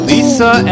Lisa